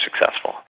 successful